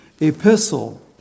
Epistle